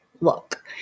look